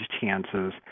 chances